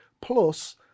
plus